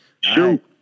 Shoot